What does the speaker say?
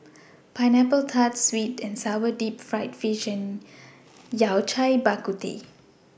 Pineapple Tart Sweet and Sour Deep Fried Fish and Yao Cai Bak Kut Teh